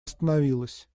остановилась